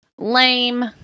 Lame